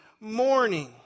morning